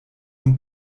von